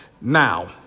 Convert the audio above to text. Now